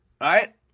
Right